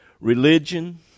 religion